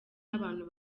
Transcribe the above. abantu